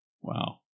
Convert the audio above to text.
Wow